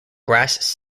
grass